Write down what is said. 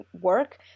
work